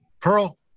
Pearl